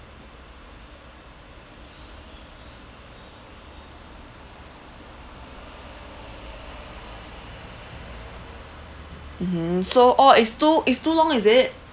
mmhmm so orh is too is too long is it